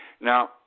Now